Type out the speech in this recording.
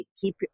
keep